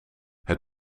het